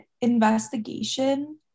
investigation